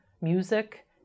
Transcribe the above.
music